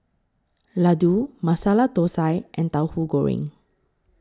Laddu Masala Thosai and Tauhu Goreng